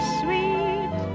sweet